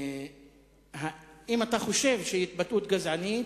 האם אתה חושב שההתבטאות גזענית?